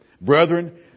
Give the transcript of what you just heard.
Brethren